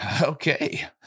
Okay